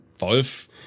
Wolf